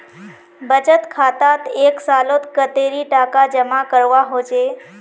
बचत खातात एक सालोत कतेरी टका जमा करवा होचए?